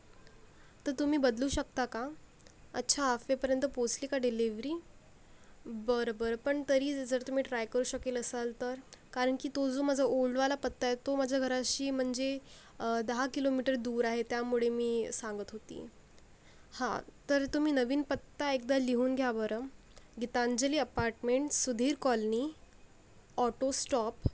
तर तुम्ही बदलू शकता का अच्छा हाफवेपर्यंत पोचली का डिलेव्हरी बरं बरं पण तरी जर तुम्ही जर ट्राय करू शकेल असाल तर कारण की तो जो माझा ओल्डवाला पत्ता आहे तो माझ्या घराशी म्हणजे दहा किलोमीटर दूर आहे त्यामुळे मी सांगत होती हां तर तुम्ही नवीन पत्ता एकदा लिहून घ्या बरं Gitanjali apartments Sudhir colony auto stop